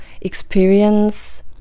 experience